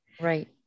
Right